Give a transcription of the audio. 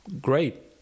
great